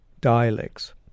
dialects